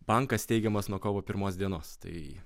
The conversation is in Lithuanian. bankas steigiamas nuo kovo pirmos dienos tai